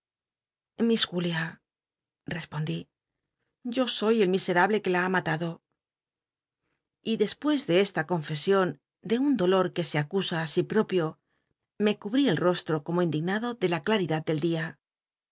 iliss julia re pondi yo soy el mi crablc que la ha matado y despues de es ta confcsion de un dolor que se acusa i sí propio nrc cubrí el rostro como indignado de la chuidad del d